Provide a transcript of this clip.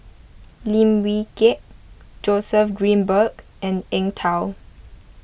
Lim Wee Kiak Joseph Grimberg and Eng Tow